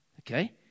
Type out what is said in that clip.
okay